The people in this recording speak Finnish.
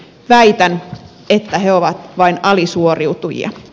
väitän että he ovat vain alisuoriutujia